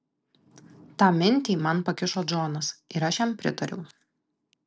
tą minti man pakišo džonas ir aš jam pritariau